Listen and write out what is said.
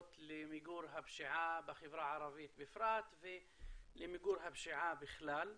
למיגור הפשיעה בחברה הערבית בפרט ולמיגור הפשיעה בכלל.